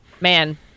man